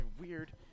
weird